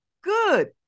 good